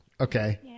Okay